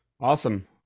Awesome